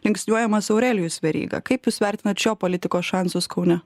linksniuojamas aurelijus veryga kaip jūs vertinat šio politiko šansus kaune